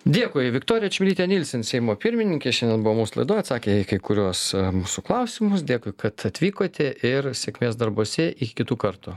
dėkui viktorija čmilytė nylsen seimo pirmininkė šiandien buvo mūsų laidoj atsakė į kai kuriuos mūsų klausimus dėkui kad atvykote ir sėkmės darbuose iki kitų kartu